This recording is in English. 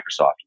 Microsoft